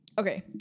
okay